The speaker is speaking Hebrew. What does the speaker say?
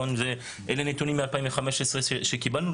אלה נתונים מ-2015 שקיבלנו,